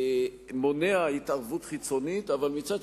מונע התערבות חיצונית, אבל מאידך